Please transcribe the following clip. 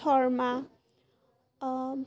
Sharma